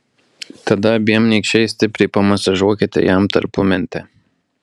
tada abiem nykščiais stipriai pamasažuokite jam tarpumentę